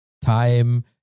time